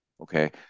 okay